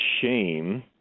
shame